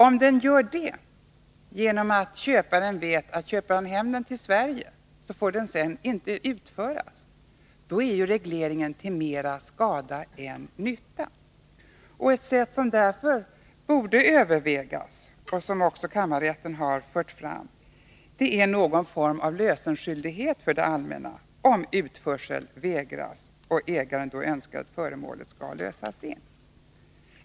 Om den gör det är regleringen till mer skada än nytta. Ett sätt som därför borde övervägas och som också kammarrätten har fört fram är någon form av lösenskyldighet för det allmänna, om utförsel vägras och ägaren önskar att föremålet skall lösas in.